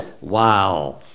Wow